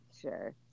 Sure